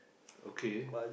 okay